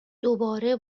دوباره